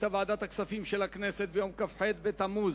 החליטה ועדת הכספים של הכנסת ביום כ"ח בתמוז